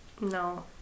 No